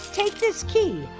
take this key.